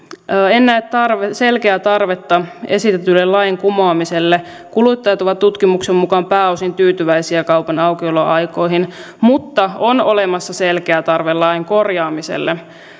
en näe selkeää tarvetta esitetylle lain kumoamiselle kuluttajat ovat tutkimuksen mukaan pääosin tyytyväisiä kaupan aukioloaikoihin mutta on olemassa selkeä tarve lain korjaamiselle